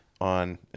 on